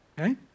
Okay